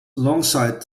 alongside